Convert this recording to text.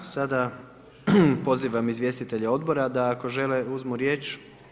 A sada pozivam izvjestitelje odbora, da ako žele uzme riječ?